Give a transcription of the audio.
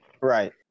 right